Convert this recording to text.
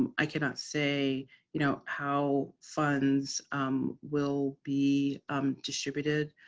um i cannot say you know how funds will be distributed,